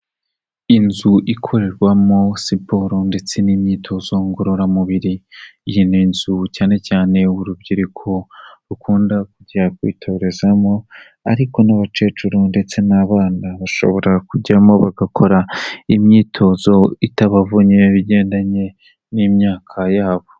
Inzu ikorerwamo siporo ndetse n'imyitozo ngororamubiri, iyi ni inzu cyane cyane urubyiruko rukunda kujya kwitorezamo ariko n'abakecuru ndetse n'abana bashobora kujyamo bagakora imyitozo itabavunye, bigendanye n'imyaka yabo.